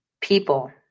people